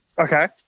Okay